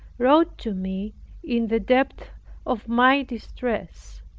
wrote to me in the depth of my distress,